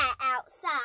outside